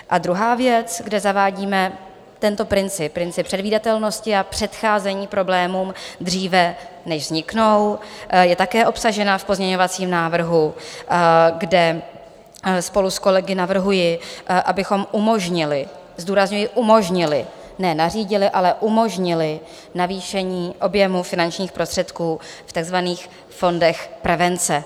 A druhá věc, kde zavádíme tento princip, princip předvídatelnosti a předcházení problémům dříve, než vzniknou, je také obsažena v pozměňovacím návrhu, kde spolu s kolegy navrhuji, abychom umožnili zdůrazňuji: umožnili, ne nařídili, ale umožnili navýšení objemu finančních prostředků v takzvaných fondech prevence.